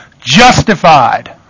justified